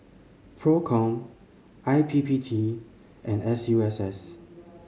Procom I P P T and S U S S